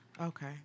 Okay